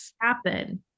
happen